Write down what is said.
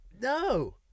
No